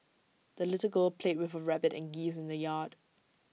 the little girl played with her rabbit and geese in the yard